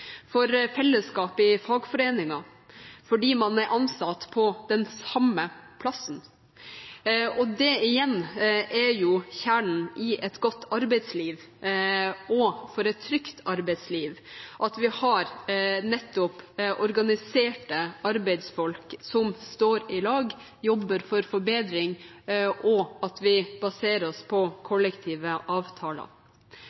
for fellesskap i fagforeningen, fordi man er ansatt på den samme plassen. Kjernen i et godt arbeidsliv og for et trygt arbeidsliv er nettopp at vi har organiserte arbeidsfolk som står i lag, som jobber for forbedring – og at vi baserer oss på